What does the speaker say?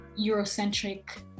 Eurocentric